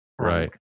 Right